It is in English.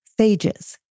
phages